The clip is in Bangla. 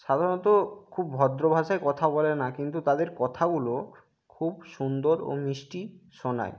সাধারণত খুব ভদ্র ভাষায় কথা বলে না কিন্তু তাদের কথাগুলো খুব সুন্দর ও মিষ্টি শোনায়